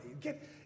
Get